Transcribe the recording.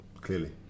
Clearly